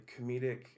comedic